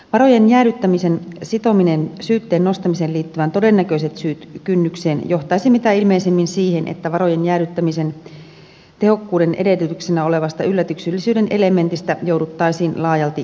varojen jäädyttämisen sitominen syytteen nostamiseen liittyvään todennäköiset syyt kynnykseen johtaisi mitä ilmeisimmin siihen että varojen jäädyttämisen tehokkuuden edellytyksenä olevasta yllätyksellisyyden elementistä jouduttaisiin laajalti luopumaan